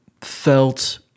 felt